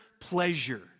pleasure